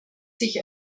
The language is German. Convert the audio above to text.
sich